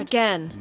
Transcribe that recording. Again